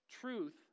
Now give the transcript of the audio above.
Truth